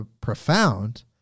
profound